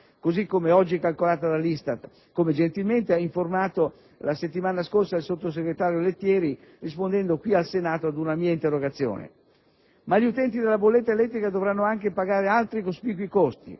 così come oggi è calcolata dall'ISTAT, come ha gentilmente informato la settimana scorsa il sottosegretario Lettieri rispondendo qui al Senato ad una mia interrogazione. Ma gli utenti della bolletta elettrica dovranno anche pagare altri cospicui costi.